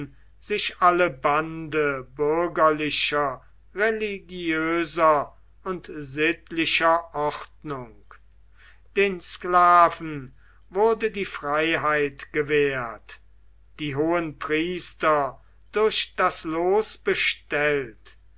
sich alle bande bürgerlicher religiöser und sittlicher ordnung den sklaven wurde die freiheit gewährt die hohenpriester durch das los bestellt